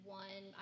one